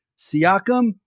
Siakam